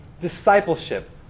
Discipleship